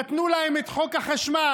נתנו להם את חוק החשמל,